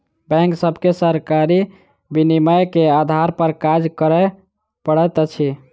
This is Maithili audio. बैंक सभके सरकारी विनियमन के आधार पर काज करअ पड़ैत अछि